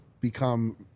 become